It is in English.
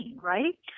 right